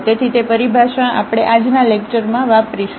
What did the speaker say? તેથી તે પરિભાષા આપણે આજના લેક્ચરમાં વાપરીશું